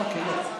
אוקיי.